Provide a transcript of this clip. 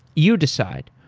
you decide.